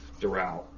Doral